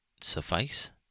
suffice